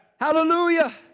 Hallelujah